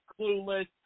clueless